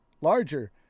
larger